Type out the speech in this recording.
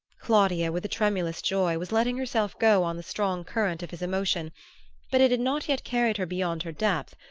claudia, with a tremulous joy, was letting herself go on the strong current of his emotion but it had not yet carried her beyond her depth,